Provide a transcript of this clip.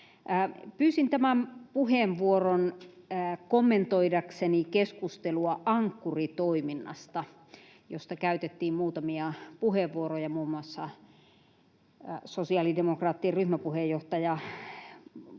Pyysin tämän puheenvuoron kommentoidakseni keskustelua Ankkuri-toiminnasta, josta käytettiin muutamia puheenvuoroja — muun muassa sosiaalidemokraattien ryhmäpuheenjohtaja Lindtman